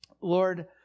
Lord